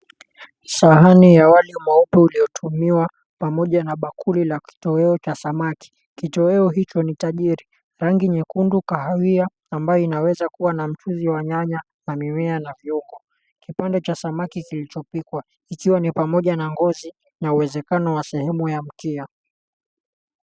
Sahami ya wali mweupe uliotumiwa pamoja na bakuli la kitowea cha samaki. Kitoweo hicho ni tajiri rangi nyekundu, kahawia, ambayo inaweza kuwa na mchuzi wa nyanya na mimea na viungo. Kipande cha samaki kilichopikwa ikiwa ni pamoja na uwezekano wa sehemu ya mkia.